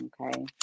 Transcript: Okay